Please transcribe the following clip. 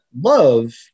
love